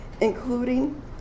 including